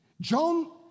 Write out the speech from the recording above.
John